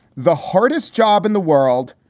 the hardest job in the world.